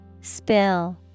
Spill